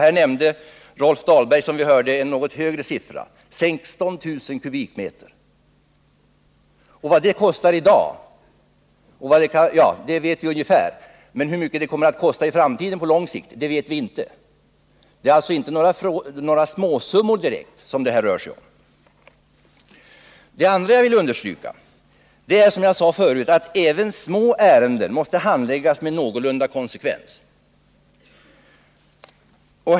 Här nämnde Rolf Dahlberg som vi hörde en något högre siffra, 16 000 kubikmeter. Vad det kostar i dag vet vi ungefär, men hur mycket det kommer att kosta i framtiden på lång sikt vet vi inte. Det är alltså inte direkt några småsummor det rör sig om. Det andra jag vill understryka är, som jag sade förut, att även små ärenden måste handläggas med någorlunda konsekvens.